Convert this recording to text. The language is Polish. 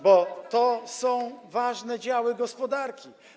bo to są ważne działy gospodarki.